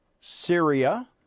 Syria